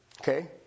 Okay